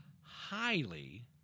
highly